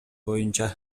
боюнча